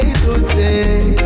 today